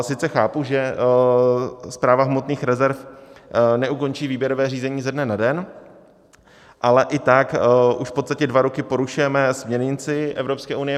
Sice chápu, že Správa hmotných rezerv neukončí výběrové řízení ze dne na den, ale i tak v podstatě už dva roky porušujeme směrnici Evropské unie.